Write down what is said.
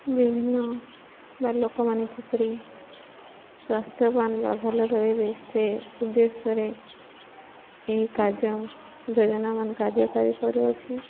ବିଭିନ୍ନ ବା ଲୋକମାନେ କିପରି ସ୍ୱାସ୍ଥ୍ୟବାନ ବା ଭଲ ରହିବେ ସେ ଉଦ୍ଦେଶ୍ୟରେ ଏହି କାର୍ଯ୍ୟ ଯୋଜନାମାନ କାର୍ଯ୍ୟକାରୀ କରିଅଛି